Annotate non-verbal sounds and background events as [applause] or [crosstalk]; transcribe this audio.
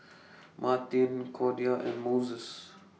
[noise] Martine Cordia [noise] and Moses